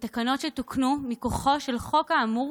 והתקנות שתוקנו מכוחו של החוק האמור